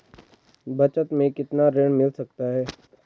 बचत मैं कितना ऋण मिल सकता है?